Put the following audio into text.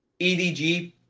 EDG